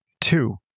Two